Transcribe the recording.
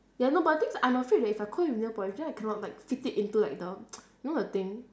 ya no but the thing is I'm afraid that if I coat it in nail polish then I cannot like fit it into like the you know the thing